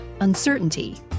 uncertainty